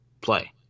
play